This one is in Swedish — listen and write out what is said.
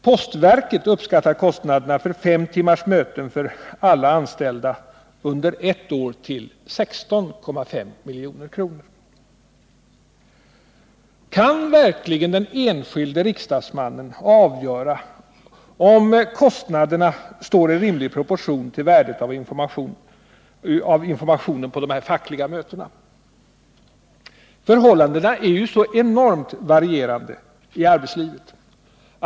Postverket uppskattar kostnaderna för fem timmars möten för alla anställda under ett år till 16,5 milj.kr. Kan verkligen den enskilde riksdagsmannen avgöra om kostnaderna står i rimlig proportion till värdet av informationen på dessa fackliga möten? Förhållandena är ju så enormt varierande i arbetslivet.